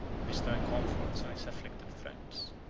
and bestowing comfort on his afflicted friends.